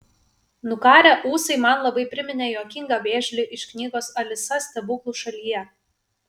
nukarę ūsai man labai priminė juokingą vėžlį iš knygos alisa stebuklų šalyje